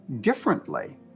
differently